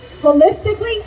holistically